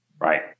Right